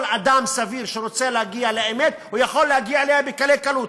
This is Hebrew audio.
כל אדם סביר שרוצה להגיע לאמת יכול להגיע אליה בקלי-קלות.